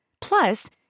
Plus